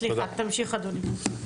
סליחה, תמשיך, אדוני.